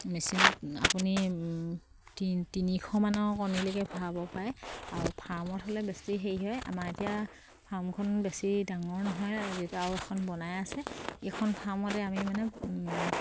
মেচিনত আপুনি তিনিশ মানৰ কণীলৈকে ভৰাব পাৰে আৰু ফাৰ্মত হ'লে বেছি হেৰি হয় আমাৰ এতিয়া ফাৰ্মখন বেছি ডাঙৰ নহয় যেতিয়া আৰু এখন বনাই আছে এইখন ফাৰ্মতে আমি মানে